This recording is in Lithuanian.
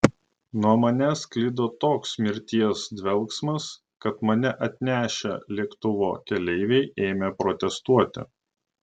nuo manęs sklido toks mirties dvelksmas kad mane atnešę lėktuvo keleiviai ėmė protestuoti